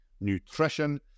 Nutrition